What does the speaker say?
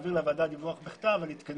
נעביר דיווח בכתב לוועדה על ההתקדמות.